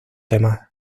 demás